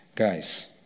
Guys